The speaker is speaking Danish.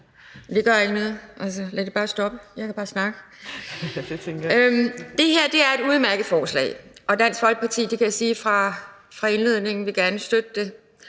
Det her er et udmærket forslag. Dansk Folkeparti vil gerne støtte det